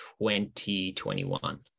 2021